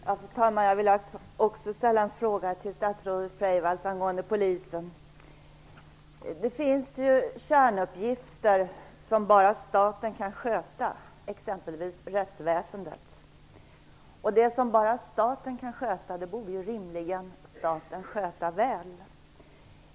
Fru talman! Jag vill också ställa en fråga till statsrådet Freivalds angående Polisen. Det finns ju kärnuppgifter som bara staten kan sköta, exempelvis rättsväsendet. Det som bara staten kan sköta borde rimligen staten sköta väl.